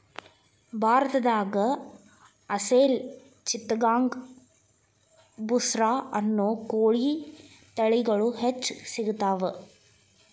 ಭಾರತದಾಗ ಅಸೇಲ್ ಚಿತ್ತಗಾಂಗ್ ಬುಸ್ರಾ ಅನ್ನೋ ಕೋಳಿ ತಳಿಗಳು ಹೆಚ್ಚ್ ಸಿಗತಾವ